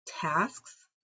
tasks